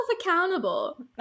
accountable